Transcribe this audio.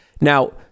now